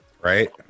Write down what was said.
Right